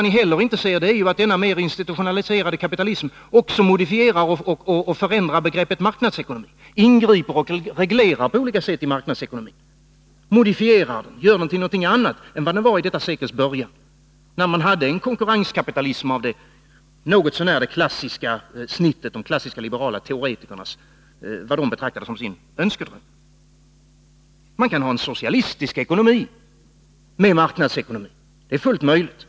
Ni ser inte att denna mer institutionaliserade kapitalism också på olika sätt ingriper i och reglerar marknadsekonomin, modifierar den till någonting annat än vad den var i detta sekels början. Då hade vi en konkurrenskapitalism av något så när klassiskt snitt — vad de klassiska liberala teoretikerna betraktade som sin önskedröm. Man kan ha en socialistisk ekonomi med marknadsekonomi — det är fullt möjligt.